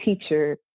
teacher